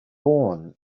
born